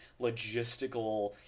logistical